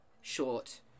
short